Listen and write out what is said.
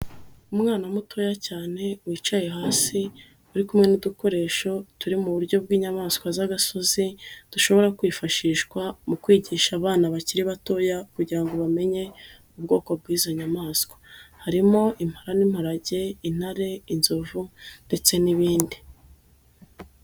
Umwana mutoya cyane wicaye hasi, uri kumwe n'udukoresho turi mu buryo bw'inyamaswa z'agasozi, dushobora kwifashishwa, mu kwigisha abana bakiri batoya, kugira ngo bamenye ubwoko bw'izo nyamaswa; harimo: impara n'imparage, intare, inzovu ndetse n'ibindi.